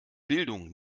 bildung